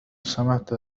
سمعت